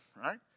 right